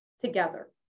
together